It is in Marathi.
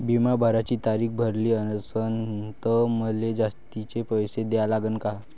बिमा भराची तारीख भरली असनं त मले जास्तचे पैसे द्या लागन का?